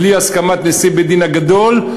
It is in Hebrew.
בלי הסכמת נשיא בית-הדין הגדול,